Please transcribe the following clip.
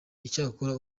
icyakora